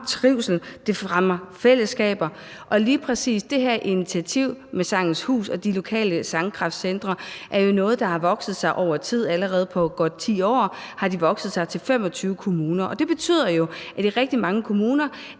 trivsel og fællesskaber, og lige præcis det her initiativ med Sangens Hus og de lokale sangkraftcentre er jo noget, der har vokset sig større over tid. Allerede på godt 10 år har de spredt sig til 25 kommuner. Det betyder jo, at der i rigtig mange kommuner